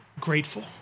grateful